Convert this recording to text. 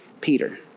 Peter